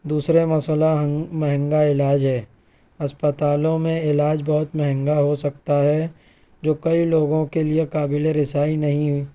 دوسرا مسئلہ مہنگا علاج ہے اسپتالوں میں علاج بہت مہنگا ہو سکتا ہے جو کئی لوگوں کے لیے قابلِ رسائی نہیں